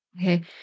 Okay